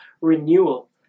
renewal